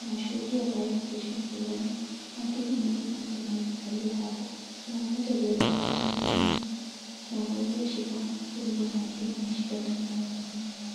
anashuhudia live station fulani. Kuna kiti nyeusi mtu anaeza kalia hapo, kuna mmoja aliyeeka mkono mdomoni na walioshika tumbo na wengine wameshika mikono yao tumboni mwao.